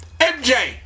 MJ